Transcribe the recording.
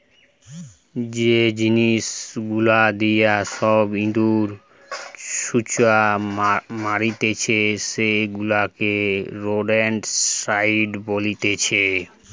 যে জিনিস গুলা দিয়ে সব ইঁদুর, ছুঁচো মারতিছে সেগুলাকে রোডেন্টসাইড বলতিছে